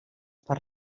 per